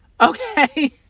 okay